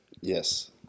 Yes